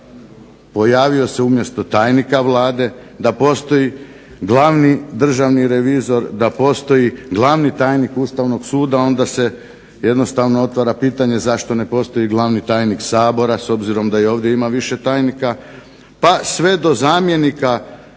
pojavio se umjesto tajnika Vlade, da postoji državni revizor, da postoji glavni tajnik Ustavnog suda onda se jednostavno postavlja pitanje zašto ne postoji glavni tajnik Sabora s obzirom da ovdje ima više tajnika, pa sve do zamjenika